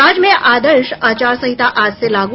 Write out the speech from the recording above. राज्य में आदर्श आचार संहिता आज से लागू